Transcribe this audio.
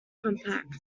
compact